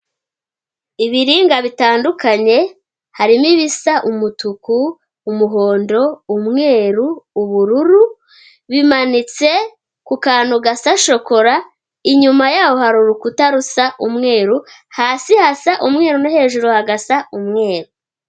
Ibiringa bitandukanye, harimo ibisa umutuku, umuhondo, umweru, ubururu, bimanitse ku kantu gasa shokora, inyuma yaho hari urukuta rusa umweru, hasi hasa umweru no hejuru hagasa umweru.